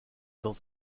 dans